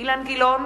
אילן גילאון,